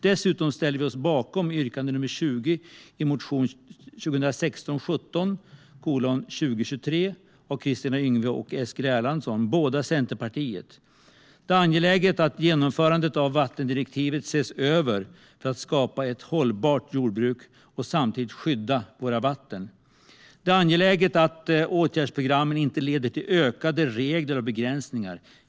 Dessutom ställer vi oss bakom yrkande 20 i motion 2016/17:2023 av Kristina Yngwe och Eskil Erlandsson, båda Centerpartiet. Det är angeläget att genomförandet av vattendirektivet ses över för att skapa ett hållbart jordbruk och samtidigt skydda våra vatten. Det är angeläget att åtgärdsprogrammen inte leder till ökade regler och begränsningar.